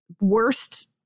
worst